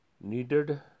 needed